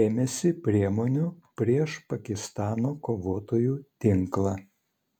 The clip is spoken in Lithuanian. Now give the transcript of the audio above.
ėmėsi priemonių prieš pakistano kovotojų tinklą